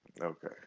Okay